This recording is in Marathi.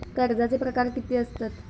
कर्जाचे प्रकार कीती असतत?